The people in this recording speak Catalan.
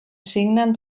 signen